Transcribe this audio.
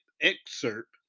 excerpt